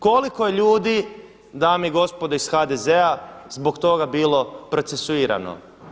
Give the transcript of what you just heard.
Koliko je ljudi, dame i gospodo iz HDZ-a zbog toga bilo procesuirano?